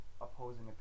opposing